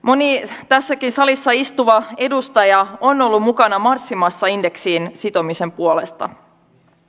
moni tässäkin salissa istuva edustaja on ollut mukana marssimassa indeksiin sitomisen puolesta